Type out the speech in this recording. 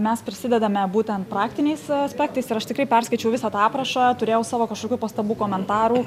mes prisidedame būtent praktiniais aspektais ir aš tikrai perskaičiau visą tą aprašą turėjau savo kažkokių pastabų komentarų